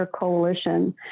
coalition